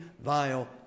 vile